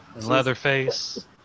Leatherface